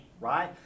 right